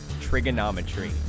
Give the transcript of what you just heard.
Trigonometry